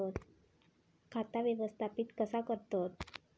खाता व्यवस्थापित कसा करतत?